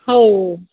हो